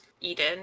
Eden